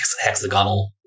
hexagonal